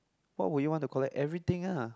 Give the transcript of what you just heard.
what would you want to collect everything uh